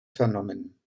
vernommen